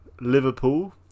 Liverpool